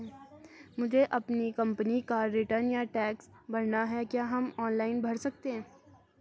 मुझे अपनी कंपनी का रिटर्न या टैक्स भरना है क्या हम ऑनलाइन भर सकते हैं?